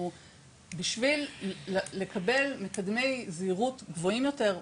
בשביל לקבל מקדמי זהירות גבוהים יותר,